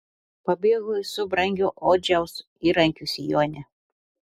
pabėgo su brangiu odžiaus įrankiu sijone